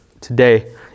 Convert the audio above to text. today